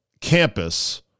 campus